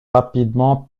rapidement